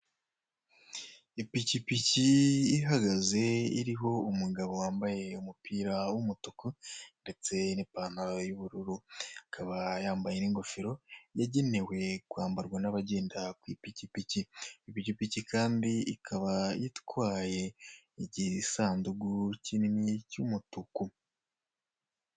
Ipikipiki ihagaze iriho umugabo wambaye umupira w'umutuku, ndetse n'ipantaro y'ubururu. Akaba yambaye n'ingofero yagenewe kwambarwa n'abagenda kw'ipikipiki. Ipikipiki ikaba kandi itwaye igisanduku kinini cy'umutuku.